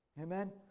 Amen